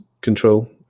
control